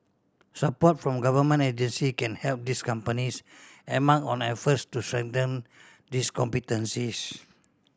support from government agency can help these companies embark on efforts to strengthen these competencies